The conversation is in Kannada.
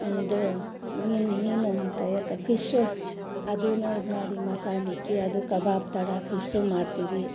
ಇದು ಮೀನು ಮೀನು ಅಂತ ಇರುತ್ತೆ ಫಿಶ್ ಅದನ್ನೂ ಇದು ಮಾಡಿ ಮಸಾಲಿಕ್ಕಿ ಅದು ಕಬಾಬು ಥರ ಫಿಶ್ಯು ಮಾಡ್ತೀವಿ